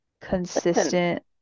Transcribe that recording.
consistent